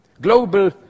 global